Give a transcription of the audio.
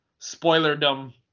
spoilerdom